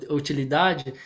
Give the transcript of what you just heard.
utilidade